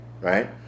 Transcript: right